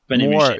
more